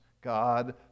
God